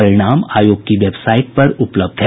परिणाम आयोग की वेबसाईट पर उपलब्ध है